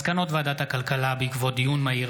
הונחו על שולחן הכנסת מסקנות ועדת הכלכלה בעקבות דיון מהיר